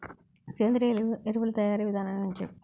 సేంద్రీయ ఎరువుల తయారీ విధానం చెప్పండి?